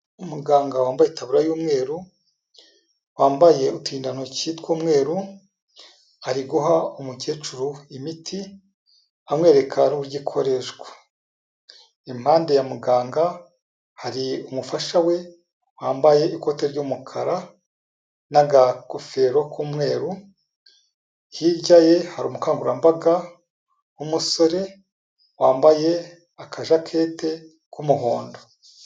Umuganga wambaye itaburiya y'umweru, wambaye uturindantoki tw'umweru, ari guha umukecuru imiti amwereka n'uburyo ikoreshwa, impande ya muganga hari umufasha we wambaye ikote ry'umukara n'akagofero k'umweru, hirya ye hari umukangurambaga w'umusore wambaye akajaketi k'umuhondo.